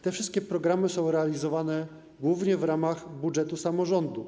Te wszystkie programy są realizowane głównie w ramach budżetu samorządu.